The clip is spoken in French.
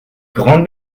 grande